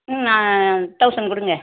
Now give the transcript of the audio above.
ம் தௌசண்ட் கொடுங்க